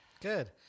Good